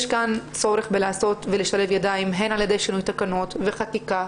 יש כאן צורך של לעשות ולשלב ידיים הן על-ידי שינוי תקנות וחקיקה,